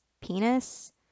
penis